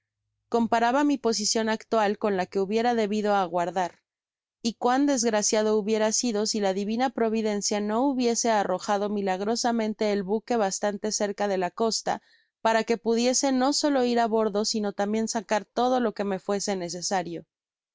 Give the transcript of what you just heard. comparaba mi posicion actual con la que hubiera debido aguardar y cuán desgraciado hubiera sido si la divina providencia no hubiese arrojado milagrosamente el buque bastante cerca de la costa para que pudiese no solo ir a bordo sino tambien sacar todo lo que me fuese necesario